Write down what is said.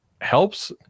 helps